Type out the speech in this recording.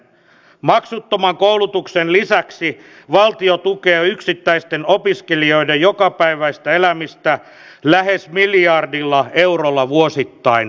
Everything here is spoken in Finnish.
maksuttoman koulutuksen lisäksi valtio tukee yksittäisten opiskelijoiden jokapäiväistä elämistä lähes miljardilla eurolla vuosittain